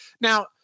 Now